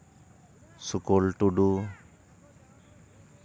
ᱥᱩᱠᱚᱞ ᱴᱩᱰᱩ